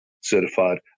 certified